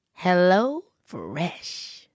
HelloFresh